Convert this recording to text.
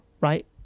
Right